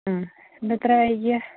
എന്താ ഇത്ര വൈകിയത്